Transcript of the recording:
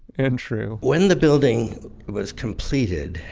and true when the building was completed,